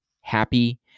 happy